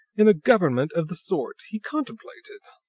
in a government of the sort he contemplated?